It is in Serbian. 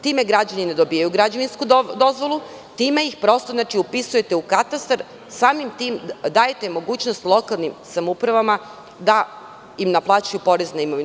Time građani ne dobijaju građevinsku dozvolu, time ih prosto upisujete katastar i samim tim dajete mogućnost lokalnim samoupravama da im naplaćuju porez na imovinu.